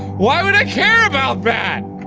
why would i care about that?